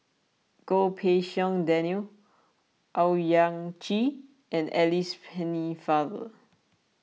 Goh Pei Siong Daniel Owyang Chi and Alice Pennefather